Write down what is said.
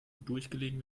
durchgelegen